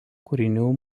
kūrinių